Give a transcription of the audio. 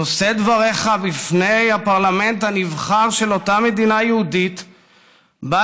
נושא את דבריך בפני הפרלמנט הנבחר של אותה מדינה יהודית שבה